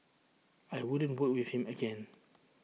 I wouldn't with him again